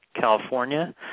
California –